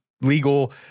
legal